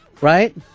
right